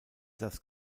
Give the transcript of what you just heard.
das